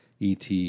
et